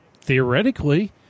theoretically